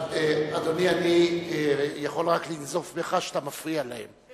אדוני, אני יכול רק לנזוף בך שאתה מפריע להם.